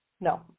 No